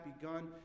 begun